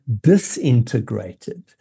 disintegrated